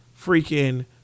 freaking